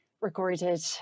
recorded